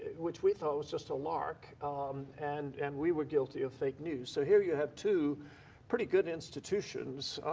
which we thought was just a lark and and we were guilty of fake news. so here you had two pretty good institutions,